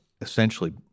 essentially